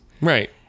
right